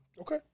okay